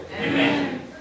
Amen